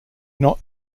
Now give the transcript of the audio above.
not